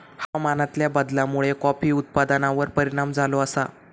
हवामानातल्या बदलामुळे कॉफी उत्पादनार परिणाम झालो आसा